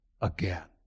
again